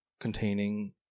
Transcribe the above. containing